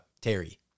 Terry